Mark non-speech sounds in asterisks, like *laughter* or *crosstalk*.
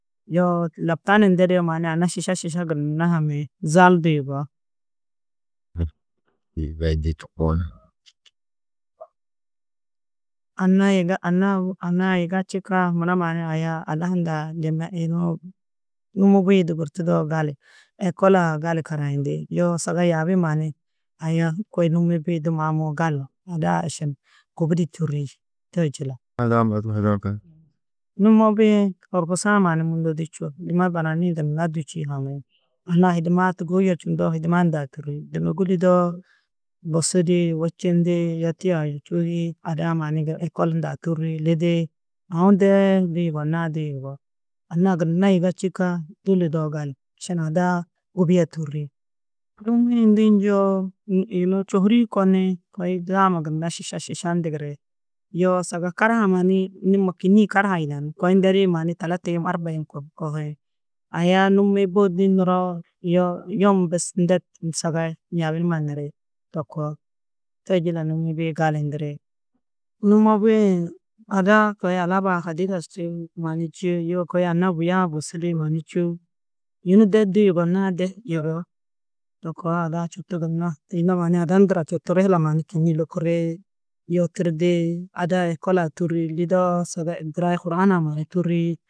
Yoo laptan-ĩ ndedîe mannu anna šiša šiša gunna haŋiĩ zalu du yugó. *unintelligible* Anna yiga anna-ã anna-ã yiga čîkã mura mannu aya ada hundã gunna yunu numo bui-ĩ du yûgurtudoo gali, êkol-ã gali karayindi. Yoo saga yaabi-ĩ mannu aya kôi numi-ĩ bui-ĩ du maamo gali. Ada-ã ašan gubidi tûrri tô jiladu. *unintelligible* numo bui-ĩ horkusa-ã mannu mundu du čûo. *unintelligible* baraniĩ gunna du čî haŋiĩ. Anna-ã hidima-ã tûgohu yerčundoo hidima hundã tûrri. Dûnogi lidoo bosidi, wečindi yo tia-ã čûi, ada-ã mannu ge êkol hundã tûri lidi. Aũ dee du yugonnaá du yugó. Anna-ã gunna yiga čîkã du lidoo gali, ašan ada-ã gubia tûri. Numi-ĩ du njûwo ũ yunu čôhuri-ĩ konnii kôi daama gunna šiša šiša ndigiri. Yoo saga karaha-ã mannu numo kînnii karaha yidanú. Kôi ndedĩ mannu talta yôm arba yôm kor kohiĩ. Aya numi-ĩ bui-ĩ du niroo yoo yum bes nded saga yaabi numa niri to koo tê jiladu numi-ĩ bui-ĩ gali ndiri. Numo bui-ĩ ada-ã kôi alaabaa hadîka mannu čî yo kôi anna buya-ã bosidi mannu čûo, yunu de du yugonnãá de yugó. To koo ada-ã četu gunna, tunda mannu ada ndurã četu rîhila mannu kînnii lukuri, yoo tiridi ada-ã êkol-ã tûrri lidoo saga girai kuran-ã mannu tûrri